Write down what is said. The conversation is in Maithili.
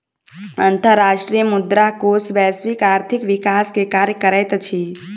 अंतर्राष्ट्रीय मुद्रा कोष वैश्विक आर्थिक विकास के कार्य करैत अछि